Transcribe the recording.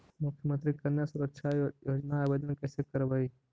मुख्यमंत्री कन्या सुरक्षा योजना के आवेदन कैसे करबइ?